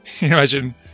imagine